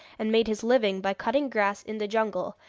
and made his living by cutting grass in the jungle,